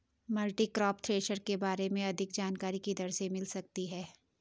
Multicrop thresher के बारे में अधिक जानकारी किधर से मिल सकती है?